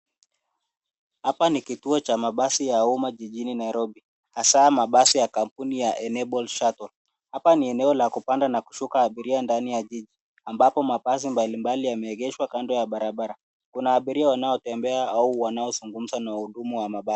Hapa ni kituo cha mabasi ya uma jijini Nairobi hasaa mabasi ya kampuni ya enabled shuttle . Hapa ni eneo la kupanda na kushuka abiria ndani ya jiji, ambapo mabasi mbalimbali yameegeshwa kando ya barabara. Kuna abiria wanaotembea au wanaozungumza na wahudumu wa mabasi.